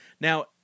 Now